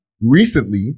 recently